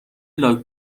لاک